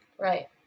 right